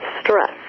stress